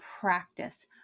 practice